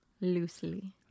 Loosely